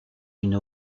une